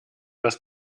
was